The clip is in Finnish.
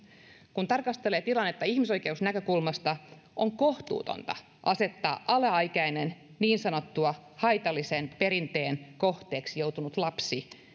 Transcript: kun tarkastelee tilannetta ihmisoikeusnäkökulmasta on kohtuutonta asettaa alaikäinen niin sanotun haitallisen perinteen kohteeksi joutunut lapsi